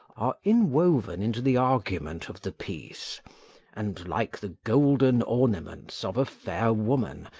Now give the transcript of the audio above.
are inwoven into the argument of the piece and, like the golden ornaments of a fair woman,